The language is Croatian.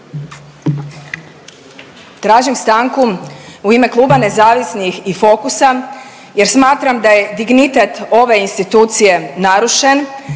Tražim stanku u ime Kluba nezavisnih i Fokusa jer smatram da je dignitet ove institucije narušen,